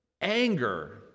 anger